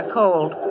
cold